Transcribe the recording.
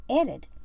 added